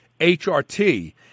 HRT